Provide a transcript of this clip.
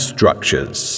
Structures